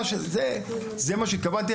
זה מה שהתכוונתי,